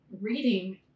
reading